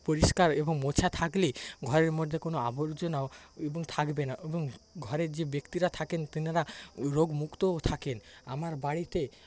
পরিষ্কার এবং মোছা থাকলে ঘরের মধ্যে কোনো আবর্জনা এবং থাকবে না এবং ঘরের যে ব্যক্তিরা থাকেন তেনারা রোগ মুক্তও থাকেন আমার বাড়িতে